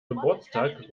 geburtstag